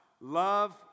Love